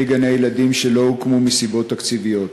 גני-ילדים שלא הוקמו מסיבות תקציביות.